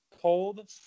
cold